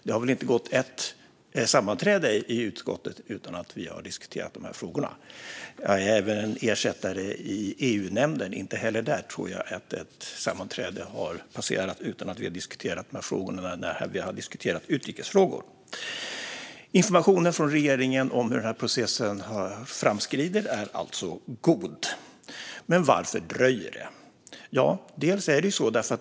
Det har väl inte gått ett sammanträde i utskottet utan att dessa frågor har diskuterats. Jag är även ersättare i EU-nämnden, och inte heller där tror jag att ett sammanträde har passerat utan att nämnden har diskuterat dessa frågor när det har diskuterats utrikesfrågor. Informationen från regeringen om hur denna process framskrider är alltså god, men varför dröjer det?